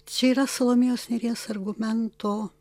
čia yra salomėjos nėries argumento